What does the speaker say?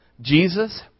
Jesus